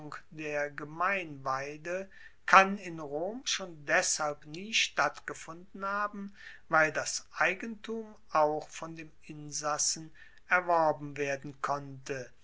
der gemeinweide kann in rom schon deshalb nie stattgefunden haben weil das eigentum auch von dem insassen erworben werden konnte